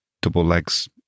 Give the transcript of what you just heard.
double-legs